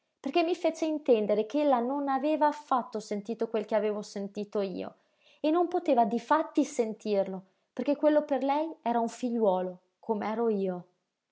perché mi fece intendere ch'ella non aveva affatto sentito quel che avevo sentito io e non poteva difatti sentirlo perché quello per lei era un figliuolo com'ero io